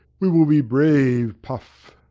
we will be brave, puffe,